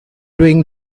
doing